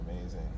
amazing